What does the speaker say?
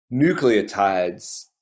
nucleotides